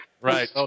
right